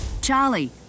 Charlie